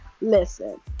listen